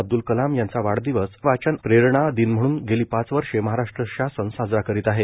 अब्द्ल कलाम यांचा वाढदिवस वाचन प्रेरणा दिन म्हणून गेली पाच वर्षे महाराष्ट्र शासन साजरा करीत आहे